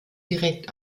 direkt